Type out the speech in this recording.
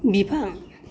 बिफां